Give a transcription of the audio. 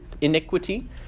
iniquity